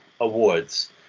awards